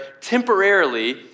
temporarily